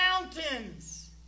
mountains